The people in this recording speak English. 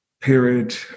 period